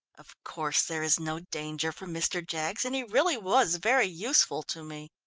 of course, there is no danger from mr. jaggs, and he really was very useful to me.